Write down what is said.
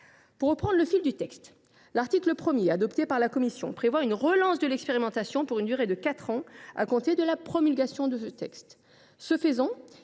Mais reprenons le fil du texte. L’article 1, adopté par la commission, prévoit une relance de l’expérimentation pour une durée de quatre ans à compter de la promulgation de ce texte.